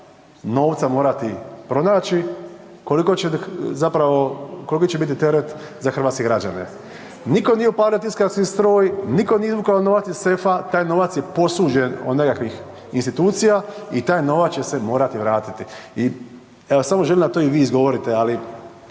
će zapravo, koliki će biti teret za hrvatske građane. Niko nije upalio tiskarski stroj, niko nije izvukao novac iz sefa, taj novac je posuđen od nekakvih institucija i taj novac će se morati vratiti. I evo samo želim da to i vi izgovorite, ali